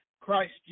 Christ